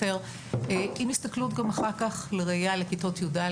עם הסתכלות גם אחר כך לראייה לכיתות י"א,